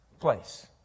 place